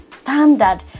standard